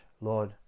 Lord